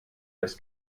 das